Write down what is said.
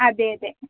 അതെയതെ